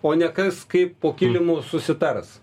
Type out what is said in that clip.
o ne kas kaip po kilimu susitars